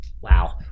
Wow